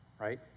right